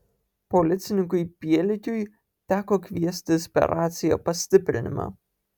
policininkui pielikiui teko kviestis per raciją pastiprinimą